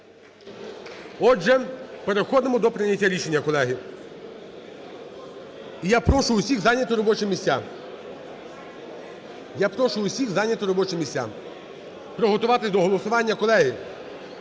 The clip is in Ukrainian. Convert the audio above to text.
Отже, переходимо до прийняття рішення, колеги. І я прошу усіх зайняти робочі місця. Я прошу усіх зайняти робочі місця, приготуватись до голосування. Колеги,